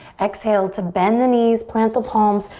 exhale to bend the knees, plant the palms,